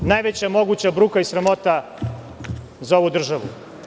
To je najveća moguća bruka i sramota za ovu državu.